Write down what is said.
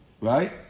Right